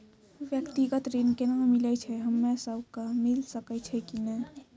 व्यक्तिगत ऋण केना मिलै छै, हम्मे सब कऽ मिल सकै छै कि नै?